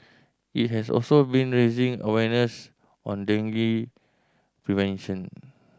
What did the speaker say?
it has also been raising awareness on dengue prevention